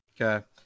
Okay